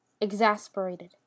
Exasperated